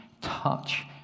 touch